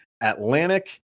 Atlantic